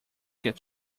get